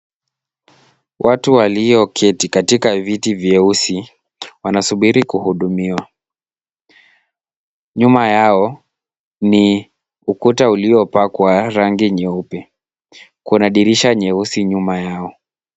Watu walioketi katika viti vyeusi wanasubiri kuhudumiwa. Nyuma yao ni ukuta uliopakwa rangi nyeupe. Kuna dirisha nyeusi nyuma yao.